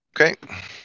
Okay